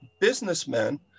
businessmen